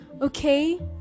okay